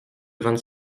vingt